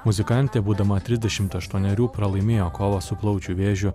muzikantė būdama trisdešim aštuonerių pralaimėjo kovą su plaučių vėžiu